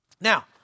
Now